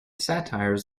satires